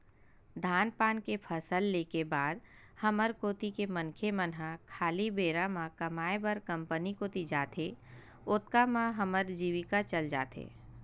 धान पान के फसल ले के बाद हमर कोती के मनखे मन ह खाली बेरा म कमाय बर कंपनी कोती जाथे, ओतका म हमर अजीविका चल जाथे